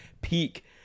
peak